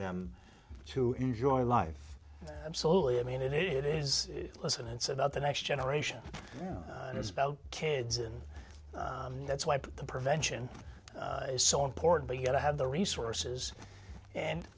them to enjoy life absolutely i mean it is listen it's about the next generation and it's about kids and that's why put the prevention is so important you got to have the resources and